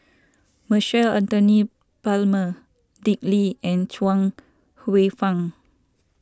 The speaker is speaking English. Michael Anthony Palmer Dick Lee and Chuang Hsueh Fang